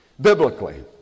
biblically